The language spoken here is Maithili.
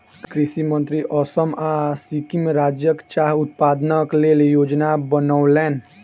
कृषि मंत्री असम आ सिक्किम राज्यक चाह उत्पादनक लेल योजना बनौलैन